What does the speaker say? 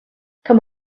come